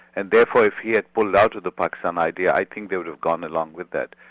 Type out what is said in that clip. and therefore if he had pulled out of the pakistan idea i think they would have gone along with that.